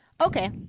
Okay